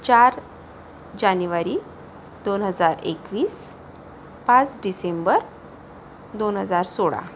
चार जानेवारी दोन हजार एकवीस पाच डिसेंबर दोन हजार सोळा